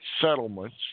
settlements